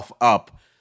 up